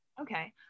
Okay